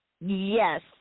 yes